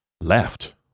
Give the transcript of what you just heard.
left